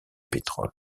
pétrole